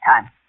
time